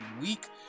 week